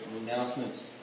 announcements